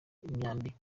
imyambi